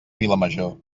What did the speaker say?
vilamajor